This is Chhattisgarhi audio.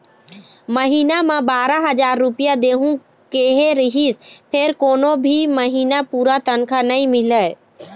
महिना म बारा हजार रूपिया देहूं केहे रिहिस फेर कोनो भी महिना पूरा तनखा नइ मिलय